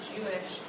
Jewish